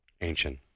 Ancient